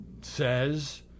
says